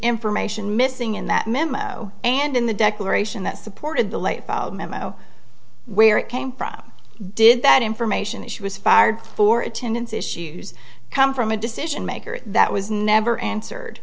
information missing in that memo and in the declaration that supported the light memo where it came from did that information that she was fired for attendance issues come from a decision maker that was never answered